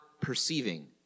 perceiving